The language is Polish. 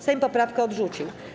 Sejm poprawkę odrzucił.